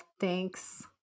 thanks